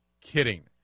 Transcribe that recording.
kidding